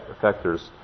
effectors